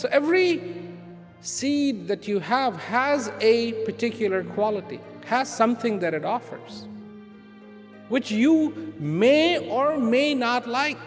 so every seed that you have has a particular quality has something that it offers which you may or may not like